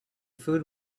food